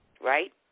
Right